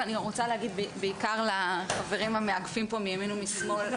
להגיד, בעיקר לחברים המאגפים פה מימין ומשמאל,